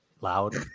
loud